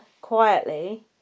quietly